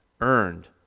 earned